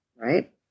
right